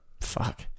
Fuck